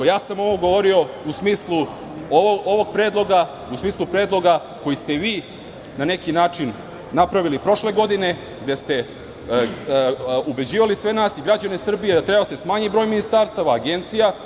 Ja sam govorio u smislu ovog predloga, u smislu predloga koji ste vi na neki način napravili prošle godine, gde ste ubeđivali sve nas i građane Srbije da treba da se smanji broj ministarstava, agencija.